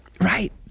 right